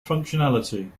functionality